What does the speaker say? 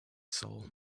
soul